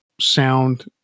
sound